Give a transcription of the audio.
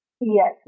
Yes